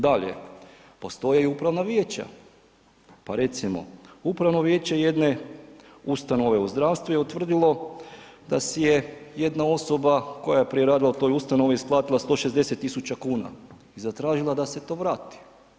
Dalje, postoje upravna vijeća, pa recimo upravno vijeće jedne ustanove u zdravstvu je utvrdilo da si je jedna osoba koja je prije radila u toj ustanovi isplatila 160.000 kuna i zatražila da se to vrati.